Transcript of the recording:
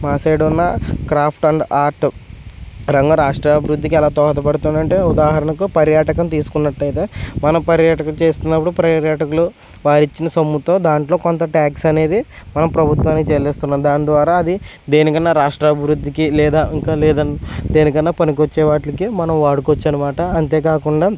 మా సైడ్ ఉన్న craft and art రంగం రాష్ట్ర అభివృద్ధికి ఎలా దోహపడుతుందంటే ఉదాహరణకు పర్యాటకం తీసుకున్నట్టయితే మనం పర్యాటకం చేస్తున్నప్పుడు మన పర్యాటకులు వారు ఇచ్చిన సొమ్ముతో దానిలో కొంత టాక్స్ అనేది మనం ప్రభుత్వానికి చెల్లిస్తున్నాము దాని ద్వారా అది దేనికైనా రాష్ట్ర అభివృద్ధికి లేదా ఇంకా దేనికైనా పనికొచ్చే వాటికి మనం వాడుకోవచ్చు అన్నమాట అంతేకాకుండా